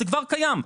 זה כבר קיים,